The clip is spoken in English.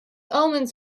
omens